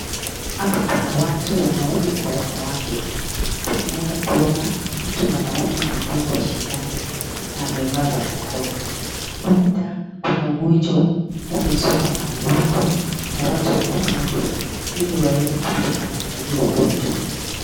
Hapa kuna watu, wanaume kwa wanawake, pia ninaweza kuona mtu mwanaume anadungwa sindano na amevaa barakoa, huenda kuna ugonjwa umezuka mahali huku na watu wanachanjwa ili waeze kuepukana na hio ugonjwa.